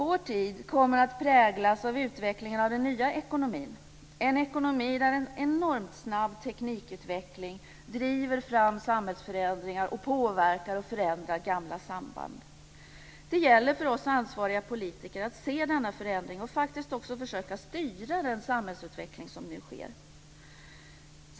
Vår tid kommer att präglas av utvecklingen av den nya ekonomin, en ekonomi där en enormt snabb teknikutveckling driver fram samhällsförändringar och påverkar och förändrar gamla samband. Det gäller för oss ansvariga politiker att se denna förändring och att faktiskt också försöka styra den samhällsutveckling som nu sker.